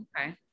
Okay